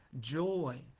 joy